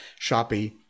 Shopee